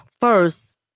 first